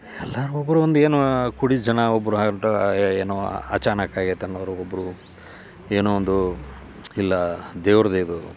ಎಲ್ಲರೂ ಒಬ್ಬೊಬ್ರು ಒಂದು ಏನು ಕುಡಿ ಜನ ಒಬ್ಬರು ಅಡ್ಡ ಏನೋ ಅಚಾನಕ್ ಆಗೈತೆ ಅನ್ನೋವ್ರು ಒಬ್ಬರು ಏನೋ ಒಂದು ಇಲ್ಲ ದೇವ್ರ್ದು ಇದು